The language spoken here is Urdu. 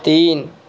تین